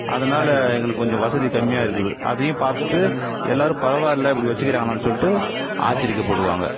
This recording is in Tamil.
அதனால் எங்களுக்கு கொஞ்சம் வசதி கம்மியா இருக்குது அதையும் பார்த்து எல்லோரும் பரவாயில்ல இப்படி வச்சுக்குறாங்கன்னு சொல்லிட்டு ஆச்சரிக்கப்படுவாங்க